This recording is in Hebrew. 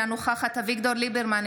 אינה נוכחת אביגדור ליברמן,